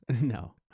No